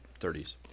30s